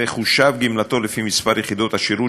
תחושב גמלתו לפי מספר יחידות השירות